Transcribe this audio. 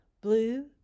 blue